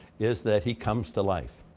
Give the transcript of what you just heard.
is that he comes to life.